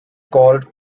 called